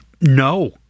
no